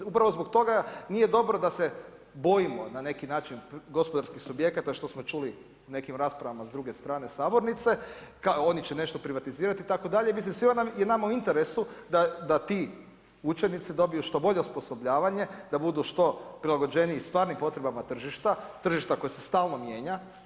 I upravo zbog toga nije dobro da se bojimo na neki način gospodarskih subjekata što smo čuli u nekim raspravama s druge strane sabornice, oni će nešto privatizirati itd., mislim svima nama je u interesu da ti učenici dobiju što bolje osposobljavanje, da budu što prilagođeniji stvarnim potrebama tržišta, tržišta koje se stalno mijenja.